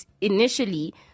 initially